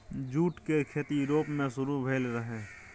jute केर खेती Europe मे शुरु भेल रहइ